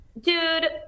dude